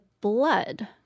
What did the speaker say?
blood